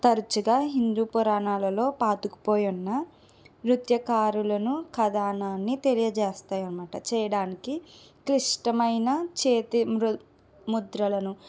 తరచుగా హిందూ పురాణాలలో పాతుకుపోయి ఉన్న నృత్యకారులను కథనాన్ని తెలియజేస్తాయి అనమాట చేయడానికి క్లిష్టమైన చేతి ము ముద్రలను